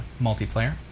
multiplayer